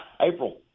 April